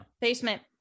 basement